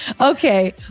Okay